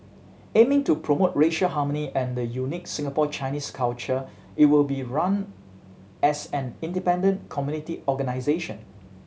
aiming to promote racial harmony and the unique Singapore Chinese culture it will be run as an independent community organisation